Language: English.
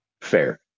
fair